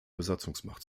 besatzungsmacht